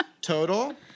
total